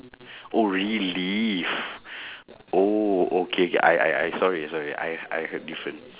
oh relieve oh okay K I I I sorry sorry I I heard different